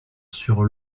sur